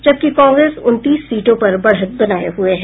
जबकि कांग्रेस उनतीस सीटों पर बढ़त बनाये हुये है